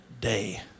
day